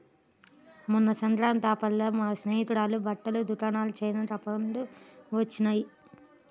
మొన్న సంక్రాంతి ఆఫర్లలో మా స్నేహితురాలకి బట్టల దుకాణంలో చానా కూపన్లు వొచ్చినియ్